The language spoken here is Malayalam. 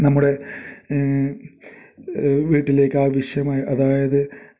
നമ്മുടെ വീട്ടിലേക്ക് ആവശ്യമായ അതായത്